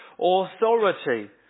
authority